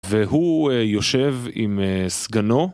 והוא יושב עם סגנו